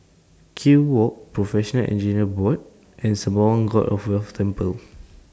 Kew Walk Professional Engineers Board and Sembawang God of Wealth Temple